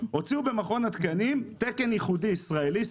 הוציאו במכון התקנים תקן ייחודי ישראלי,